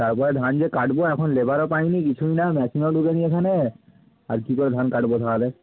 তারপর ধান যে কাটব এখন লেবারও পাইনি কিছুই না মেশিনও ঢোকেনি এখানে আর কী করে ধান কাটব তাহলে